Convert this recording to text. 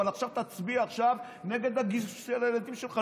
אבל תצביע עכשיו נגד הגיוס של הילדים שלך,